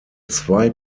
zwei